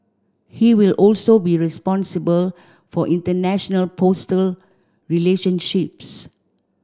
he will also be responsible for international postal relationships